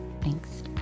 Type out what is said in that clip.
thanks